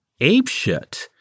apeshit